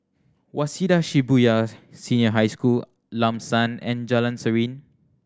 Waseda Shibuya Senior High School Lam San and Jalan Serene